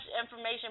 information